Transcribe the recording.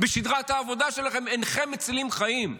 בשגרת העבודה שלכם אינכם מצילים חיים,